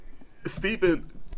Stephen